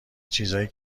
چیزایی